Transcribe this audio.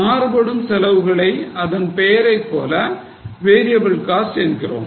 மாறுபடும் செலவுகளை அதன் பெயரைப் போல் variable costs என்கிறோம்